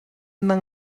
naa